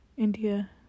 India